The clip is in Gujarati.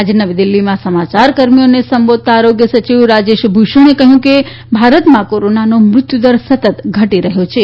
આજે નવી દિલ્હીમાં સમાચાર કર્મીઓને સંબોધતા આરોગ્ય સચિવ રાજેશ ભૂષણે કહ્યું કે ભારતમાં કોરોનાનો મૃત્યુદર સતત ઘટી રહ્યો છે